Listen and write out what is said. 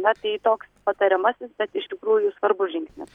na tai toks patariamasis bet iš tikrųjų svarbus žingsnis